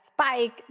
spike